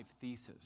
thesis